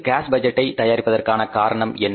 case பட்ஜெட்டை தயாரிப்பதற்கான காரணம் என்ன